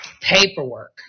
paperwork